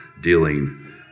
dealing